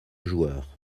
joueur